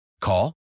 Call